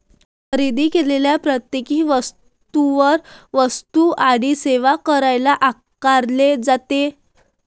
खरेदी केलेल्या प्रत्येक वस्तूवर वस्तू आणि सेवा कर आकारला जातो